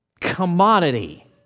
commodity